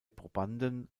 probanden